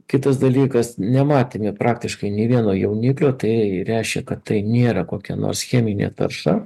kitas dalykas nematėme praktiškai nei vieno jauniklio tai reiškia kad tai nėra kokia nors cheminė tarša